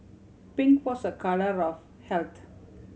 pink was a colour of health